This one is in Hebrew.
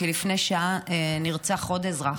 כי לפני שעה נרצח עוד אזרח.